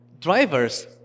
drivers